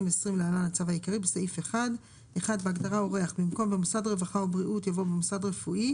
ה- 2 במאי 2022. היום אנחנו נדון ואולי נאשר שני צווי הארכה,